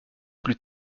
plus